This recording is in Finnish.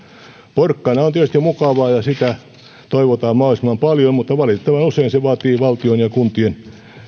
porkkana on tietysti mukavaa ja sitä toivotaan mahdollisimman paljon mutta valitettavan usein se vaatii valtion ja kuntien